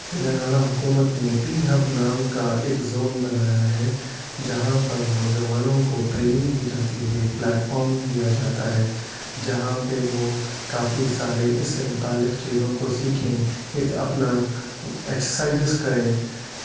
تلنگانہ حکومت نے T hub نام کا ایک زون بنایا ہے جہاں پر نوجوانوں کو ٹریننگ دی جاتی ہے ایک پلیٹفارم دیا جاتا ہے جہاں پہ وہ کافی سارے اس سے متعلق چیزوں کو سیکھیں ایک اپنا ایکساسائزز کریں